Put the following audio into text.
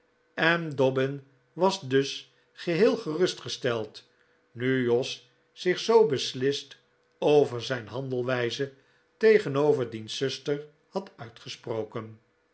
en dobbin was dus geheel gerustgesteld nu jos zich zoo beslist over zijn handelwijze tegenover diens zuster had uitgesproken